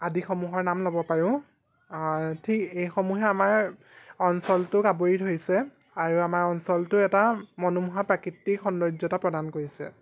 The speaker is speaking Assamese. আদিসমূহৰ নাম ল'ব পাৰোঁ ঠিক এইসমূহে আমাৰ অঞ্চলটোক আৱৰি ধৰিছে আৰু আমাৰ অঞ্চলটো এটা মনোমোহা প্ৰাকৃতিক সৌন্দৰ্যতা প্ৰদান কৰিছে